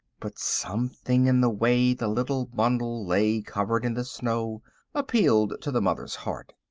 but something in the way the little bundle lay covered in the snow appealed to the mother's heart.